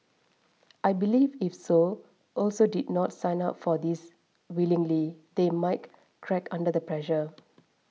I believe if so also did not sign up for this willingly they might crack under the pressure